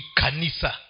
kanisa